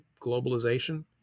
globalization